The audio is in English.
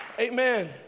Amen